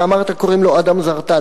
אתה אמרת קוראים לו אדם זרטל,